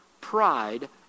pride